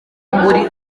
muri